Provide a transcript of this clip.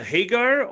Hagar